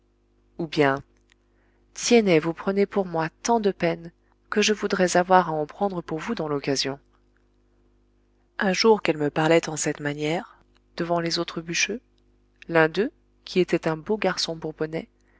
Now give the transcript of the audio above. ou bien tiennet vous prenez pour moi tant de peine que je voudrais avoir à en prendre pour vous dans l'occasion un jour qu'elle me parlait en cette manière devant les autres bûcheux l'un d'eux qui était un beau garçon bourbonnais